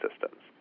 systems